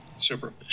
Super